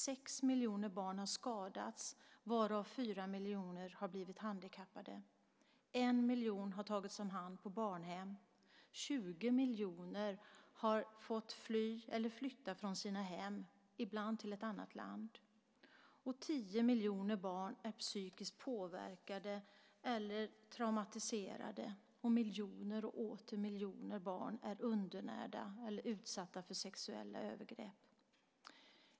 Sex miljoner barn har skadats, varav fyra miljoner blivit handikappade. En miljon barn har tagits om hand på barnhem. Tjugo miljoner barn har fått fly eller flytta från sina hem, ibland till ett annat land. Tio miljoner barn är psykiskt påverkade eller traumatiserade. Dessutom är miljoner och åter miljoner barn undernärda eller utsatta för sexuella övergrepp.